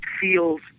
feels